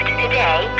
today